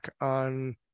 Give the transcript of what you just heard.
on